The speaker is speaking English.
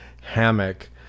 hammock